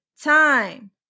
time